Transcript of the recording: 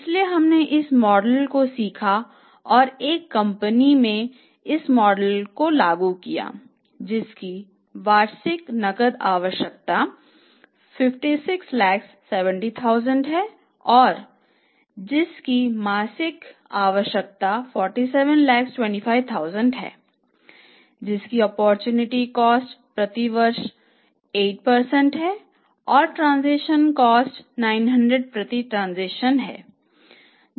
इसलिए हमने इस मॉडल को सीखा और एक ऐसी कंपनी में इस मॉडल को लागू किया जिसकी वार्षिक नकद आवश्यकता 5670000 है और जिसकी मासिक आवश्यकता 4725000 है जिसकी ओप्पोरचुनिटी कॉस्ट 900 प्रति ट्रांसेक्शन है